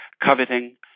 coveting